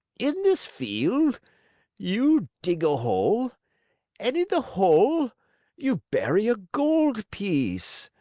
in this field you dig a hole and in the hole you bury a gold piece.